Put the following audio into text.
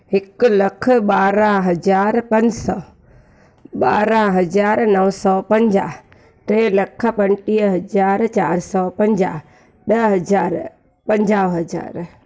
हिक लख ॿारहां हज़ार पंज सौ ॿारहां हज़ार नव सौ पंजाह टे लख पंटीह हज़ार चारि सौ पंजाह ॾह हज़ार पंजाह हज़ार